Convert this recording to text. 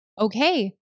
okay